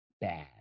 bad